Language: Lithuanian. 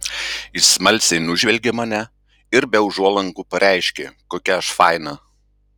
jis smalsiai nužvelgė mane ir be užuolankų pareiškė kokia aš faina